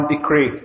decree